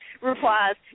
replies